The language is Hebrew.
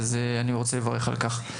ואני רוצה לברך על כך.